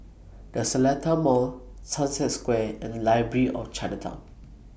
The Seletar Mall Sunset Square and Library At Chinatown